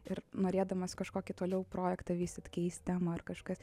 ir norėdamas kažkokį toliau projektą vystyt keist temą ar kažkas